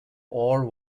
ore